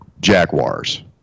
Jaguars